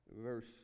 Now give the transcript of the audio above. verse